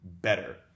better